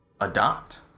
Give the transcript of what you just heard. adopt